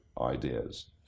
ideas